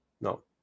No